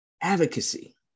advocacy